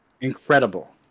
Incredible